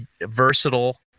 versatile